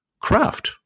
craft